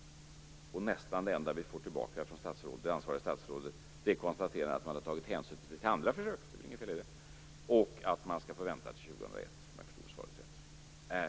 Men nästan det enda vi får tillbaka från det ansvariga statsrådet är konstaterandet att hänsyn har tagits till andra försök - det är inget fel i det - och att man skall få vänta till 2001, om jag förstod svaret rätt.